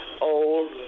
old